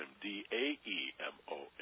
D-A-E-M-O-N